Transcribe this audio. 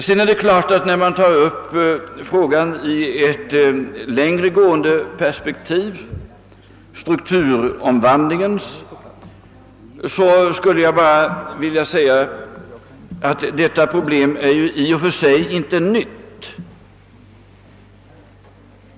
Problemet sammanhänger, sett i ett längre perspektiv, med strukturomvandlingen, som i och för sig inte är något nytt.